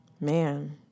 man